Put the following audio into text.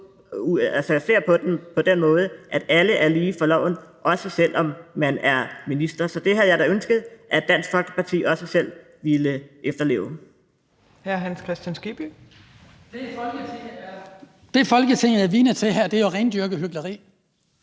en sag på den måde, at alle er lige for loven, også selv om man er minister. Så det havde jeg da ønsket at Dansk Folkeparti også selv ville efterleve. Kl. 12:03 Fjerde næstformand (Trine Torp): Hr.